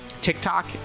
TikTok